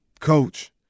coach